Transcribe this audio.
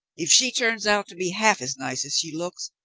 if she turns out to be half as nice as she looks,